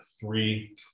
three